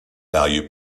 value